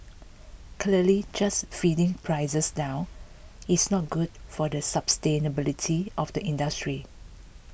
clearly just feeding prices down it's not good for the sustainability of the industry